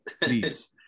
please